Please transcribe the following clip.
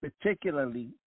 particularly